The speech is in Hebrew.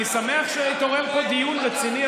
אני שמח שהתעורר פה דיון רציני,